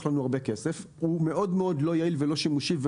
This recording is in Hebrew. לנו הרבה כסף והוא מאוד לא יעיל ולא שימושי.